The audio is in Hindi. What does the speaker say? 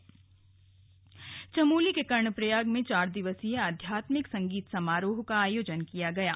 संगीत समारोह चमोली के कर्णप्रयाग में चार दिवसीय आध्यात्मिक संगीत समारोह का आयोजन किया गया है